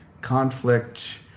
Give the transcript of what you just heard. conflict